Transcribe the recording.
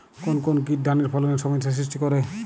কোন কোন কীট ধানের ফলনে সমস্যা সৃষ্টি করে?